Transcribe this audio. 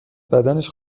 بدنش